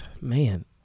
man